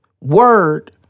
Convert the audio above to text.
word